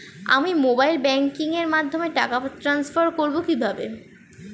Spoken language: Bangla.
আমি মোবাইল ব্যাংকিং এর মাধ্যমে টাকা টান্সফার করব কিভাবে?